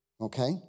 okay